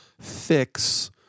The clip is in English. fix